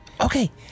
Okay